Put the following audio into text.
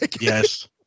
yes